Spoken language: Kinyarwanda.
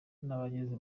n’abageze